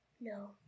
No